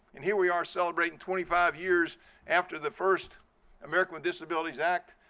and here we are celebrating twenty five years after the first american with disabilities act,